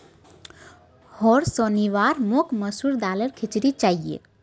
होर शनिवार मोक मसूर दालेर खिचड़ी चाहिए